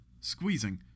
squeezing